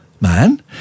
man